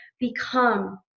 become